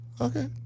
okay